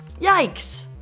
Yikes